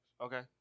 Okay